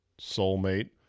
soulmate